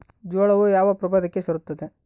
ಜೋಳವು ಯಾವ ಪ್ರಭೇದಕ್ಕೆ ಸೇರುತ್ತದೆ?